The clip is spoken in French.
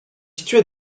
situé